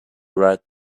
right